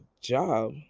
job